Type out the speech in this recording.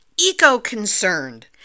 eco-concerned